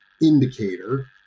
indicator